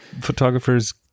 photographers